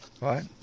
Right